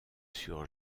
sur